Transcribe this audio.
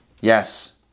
yes